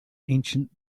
ancient